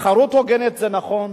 תחרות הוגנת זה נכון,